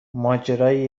ماجرای